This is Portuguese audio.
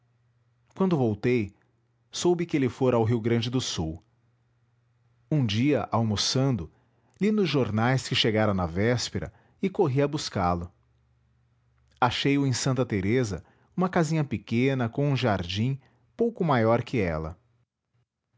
quando voltei soube que ele fora ao rio grande do sul um dia almoçando li nos jornais que chegara na véspera e corri a buscá-lo achei-o em santa teresa uma casinha pequena com um jardim pouco maior que ela